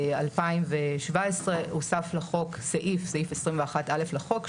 בשנת 2017 הוסף לחוק סעיף 21א לחוק,